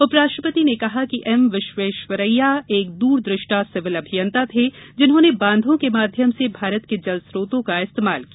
उपराष्ट्रपति ने कहा कि एमविश्वैश्वरैया एक दूरदृष्टा सिविल अभियंता थे जिन्होंने बांधों के माध्यम से भारत के जल स्त्रोतों का इस्तेमाल किया